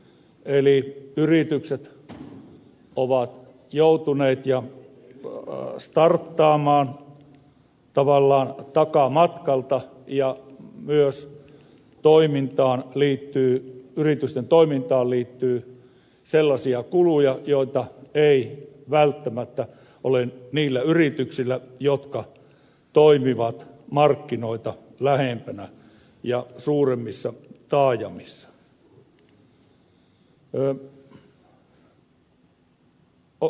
eli yritykset ovat joutuneet starttaamaan tavallaan takamatkalta ja myös yritysten toimintaan liittyy sellaisia kuluja joita ei välttämättä ole niillä yrityksillä jotka toimivat markkinoita lähempänä ja suuremmissa taajamissa